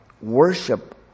worship